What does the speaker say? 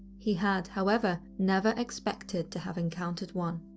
he had, however, never expected to have encountered one.